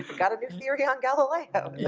got a new theory on galileo.